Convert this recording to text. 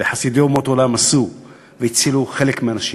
וחסידי אומות עולם עשו והצילו חלק מהאנשים.